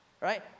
right